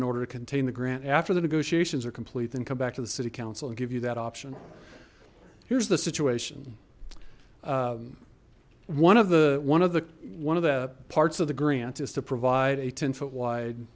in order to contain the grant after the negotiations are complete then come back to the city council and give you that option here's the situation one of the one of the one of the parts of the grant is to provide a ten foot wide